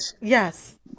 Yes